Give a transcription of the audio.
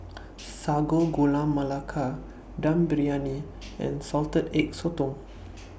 Sago Gula Melaka Dum Briyani and Salted Egg Sotong